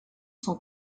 son